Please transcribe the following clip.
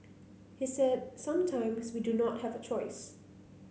he said sometimes we do not have a choice